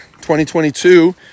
2022